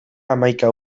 hamaika